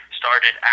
started